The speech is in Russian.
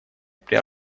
при